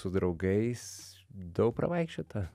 su draugais daug pravaikščiota